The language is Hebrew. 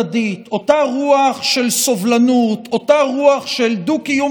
החדש (הוראת שעה) (הגבלת פעילות והוראות נוספות)